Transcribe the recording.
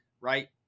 right